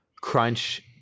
Crunch